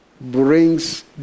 brings